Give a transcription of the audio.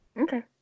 okay